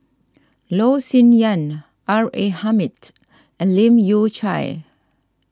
Loh Sin Yun R A Hamid and Leu Yew Chye